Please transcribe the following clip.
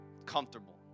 comfortable